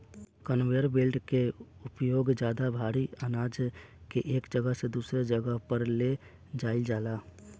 conveyor belt के उपयोग ज्यादा भारी आनाज के एक जगह से दूसरा जगह पर ले जाईल जाला